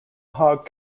hogg